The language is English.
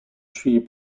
tree